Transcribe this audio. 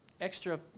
extra